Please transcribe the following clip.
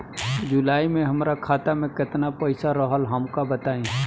जुलाई में हमरा खाता में केतना पईसा रहल हमका बताई?